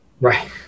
Right